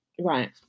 Right